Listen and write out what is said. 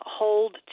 hold